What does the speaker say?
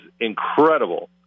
incredible